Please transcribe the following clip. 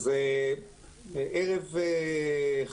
מה ההשפעה עבורך,